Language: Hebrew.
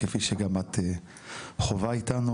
כפי שגם את חווה איתנו,